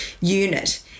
unit